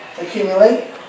accumulate